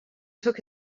took